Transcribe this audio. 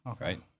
right